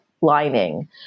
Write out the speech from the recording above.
lining